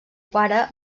pare